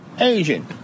Asian